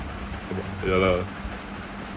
ya lah